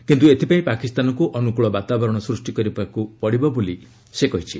କିନ୍ତୁ ଏଥିପାଇଁ ପାକିସ୍ତାନକୁ ଅନୁକୂଳ ବାତାବରଣ ସୂଷ୍ଟି କରିବାକୁ ପଡ଼ିବ ବୋଲି ସେ କହିଛନ୍ତି